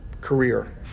career